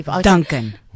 Duncan